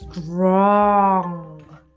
strong